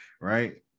right